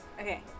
Okay